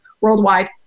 worldwide